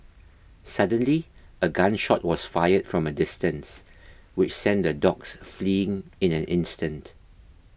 suddenly a gun shot was fired from a distance which sent the dogs fleeing in an instant